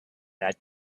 that